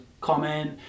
comment